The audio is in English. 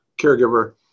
caregiver